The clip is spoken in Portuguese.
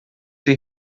sua